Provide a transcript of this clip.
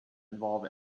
involve